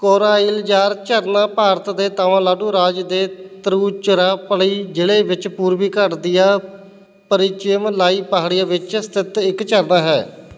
ਥਲਾਇਯਾਰ ਝਰਨਾ ਭਾਰਤ ਦੇ ਤਾਮਿਲਨਾਡੂ ਰਾਜ ਦੇ ਤਿਰੂਚਿਰਾਪੱਲੀ ਜ਼ਿਲ੍ਹੇ ਵਿੱਚ ਪੂਰਬੀ ਘਾਟ ਦੀਆਂ ਪਰੀਚਿਮਲਾਈ ਪਹਾੜੀਆਂ ਵਿੱਚ ਸਥਿਤ ਇੱਕ ਝਰਨਾ ਹੈ